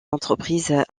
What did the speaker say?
entreprises